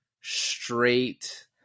straight